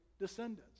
descendants